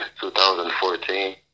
2014